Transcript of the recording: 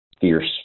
fierce